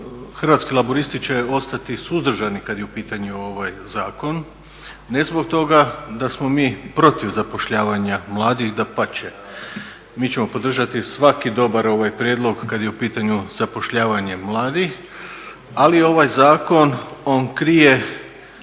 Hrvatski laburisti će ostati suzdržani kad je u pitanju ovaj zakon, ne zbog toga da smo mi protiv zapošljavanja mladih, dapače, mi ćemo podržati svaki dobar ovaj prijedlog kad je u pitanju zapošljavanje mladih, ali ovaj zakon, on krije